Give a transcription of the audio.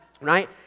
right